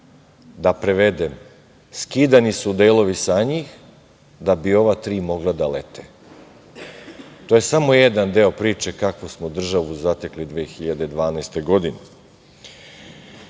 Da prevedem, skidani su delovi sa njih da bi ova tri mogla da lete. To je samo jedan deo priče kakvu smo državu zatekli 2012. godine. Moja